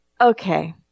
Okay